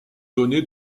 donné